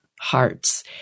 hearts